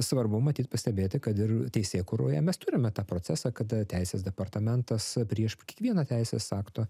svarbu matyt pastebėti kad ir teisėkūroje mes turime tą procesą kada teisės departamentas prieš kiekvieną teisės akto